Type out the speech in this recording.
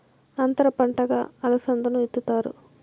అంతర పంటగా అలసందను ఇత్తుతారు